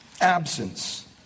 absence